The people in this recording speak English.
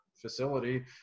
facility